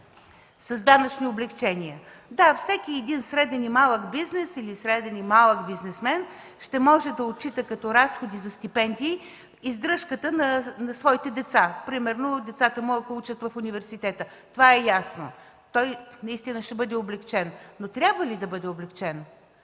с данъчни облекчения. Да, всеки един среден и малък бизнес или среден и малък бизнесмен ще може да отчита като разходи за стипендии издръжката на своите деца, примерно ако децата му учат в университет. Това е ясно. Той наистина ще бъде облекчен. Но трябва ли да бъде облекчен?